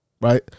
Right